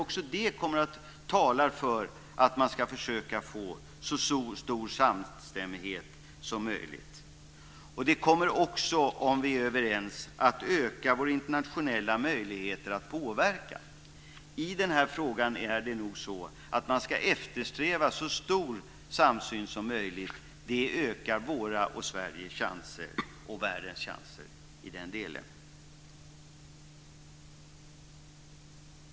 Också det talar för att man ska försöka att få så stor samstämmighet som möjligt. Om vi är överens kommer det också att öka våra internationella möjligheter att påverka. I den här frågan ska man nog eftersträva så stor samsyn som möjligt. Det ökar våra chanser, Sveriges chanser och världens chanser i den delen.